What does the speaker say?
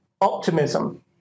optimism